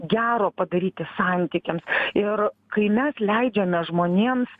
gero padaryti santykiams ir kai mes leidžiame žmonėms